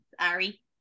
Sorry